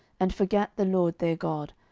and forgat the lord their god,